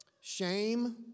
shame